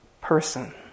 person